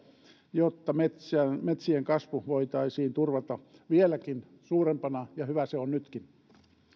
jotta metsien kasvu voitaisiin turvata vieläkin suurempana hyvä se on nytkin